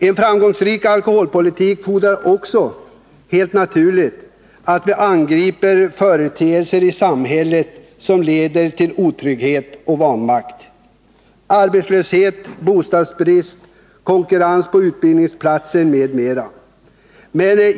En framgångsrik alkoholpolitik fordrar också helt naturligt att vi angriper sådana företeelser i samhället som leder till otrygghet och vanmakt: arbetslöshet, bostadsbrist, konkurrens om utbildningsplatser m.m.